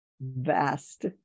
vast